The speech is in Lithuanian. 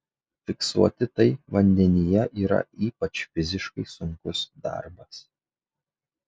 fiksuoti tai vandenyje yra ypač fiziškai sunkus darbas